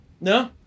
No